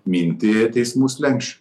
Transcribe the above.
minti teismų slenksčių